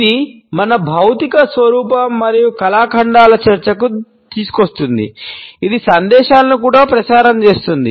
ఇది మన భౌతిక స్వరూపం మరియు కళాఖండాల చర్చకు తీసుకువస్తుంది ఇది సందేశాలను కూడా ప్రసారం చేస్తుంది